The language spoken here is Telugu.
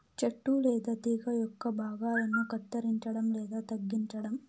చెట్టు లేదా తీగ యొక్క భాగాలను కత్తిరించడం లేదా తగ్గించటం